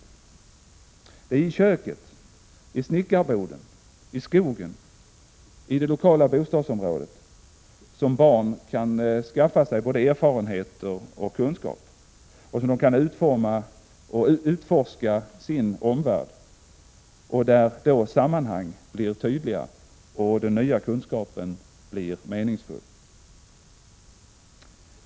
Det är i köket, i snickarboden, i skogen, i det lokala bostadsområdet barn kan skaffa sig både erfarenheter och kunskaper och utforska sin omvärld, det är där sammanhang blir tydliga och den nya kunskapen blir meningsfull.